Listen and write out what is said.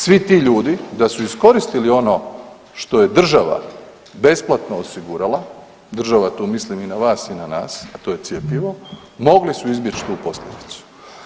Svi ti ljudi da su iskoristili ono što je država besplatno osigurala, država tu mislim i na vas i na nas, a to je cjepivo, mogli su izbjeć tu posljedicu.